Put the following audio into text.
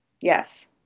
Yes